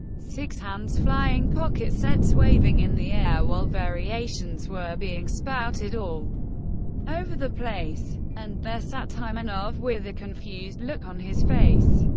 six hands flying, pocket sets waving in the air, while variations were being spouted all over the place. and there sat taimanov with a confused look on his face.